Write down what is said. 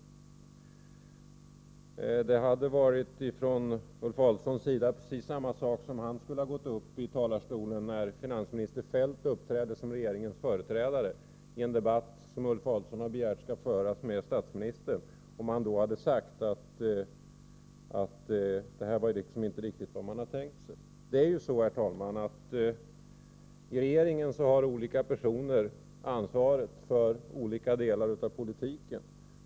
Det — Nr 130 hade varit precis samma sak, sett från Ulf Adelsohns synpunkt, som om Ulf 3 SE a 5 Torsdagen den Adelsohn hade gått upp i talarstolen när finansminister Feldt uppträder som 26 april 1984 regeringens företrädare i en debatt som Ulf Adelsohn begärt skulle föras med statsministern och sagt, att det inte riktigt var vad han hade tänkt sig. Vidrenissav. Herr talman! I regeringen bar ÖliKa personer ansvar för olika delar av kompletteringspropolitiken.